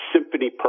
Symphony